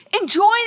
enjoy